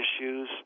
issues